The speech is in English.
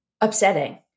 upsetting